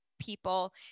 people